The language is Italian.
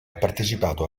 partecipato